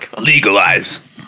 Legalize